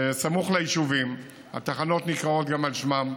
זה סמוך ליישובים, והתחנות גם נקראות על שמם.